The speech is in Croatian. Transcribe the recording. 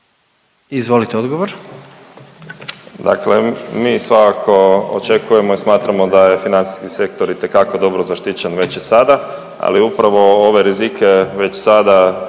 **Zoričić, Davor** Dakle mi svakako očekujemo i smatramo da je financijski sektor itekako dobro zaštićen već i sada, ali upravo ove rizike već sada